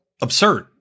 absurd